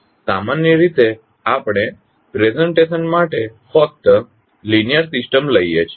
સામાન્ય રીતે આપણે પ્રેઝેંટેશન માટે ફક્ત લિનીઅર સિસ્ટમ લઈએ છીએ